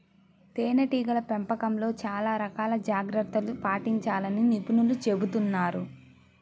తేనెటీగల పెంపకంలో చాలా రకాల జాగ్రత్తలను పాటించాలని నిపుణులు చెబుతున్నారు